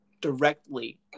directly